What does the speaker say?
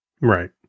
Right